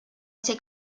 ser